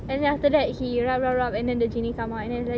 and then after that he rub rub rub and then the genie come out and then like